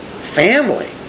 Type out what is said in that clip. Family